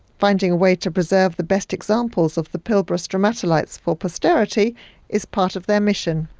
finding a way to preserve the best examples of the pilbara stromatolites for posterity is part of their mission.